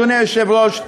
אדוני היושב-ראש,